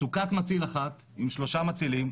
סוכת מציל אחת עם שלושה מצילים,